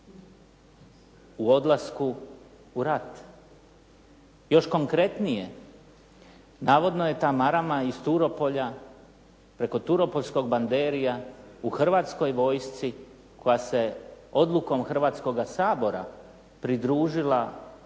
u odlasku u rat. Još konkretnije, navodno je ta marama iz Turopolja, preko turopoljskog banderija u Hrvatskoj vojsci koja se odlukom Hrvatskoga sabora pridružila vojsci